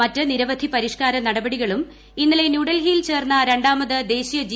മറ്റ് നിരവധി പരിഷ്കാര നടപടികളും ഇന്നലെ ന്യൂഡൽഹിയിൽ ചേർന്ന രണ്ടാമത് ദേശീയ ജി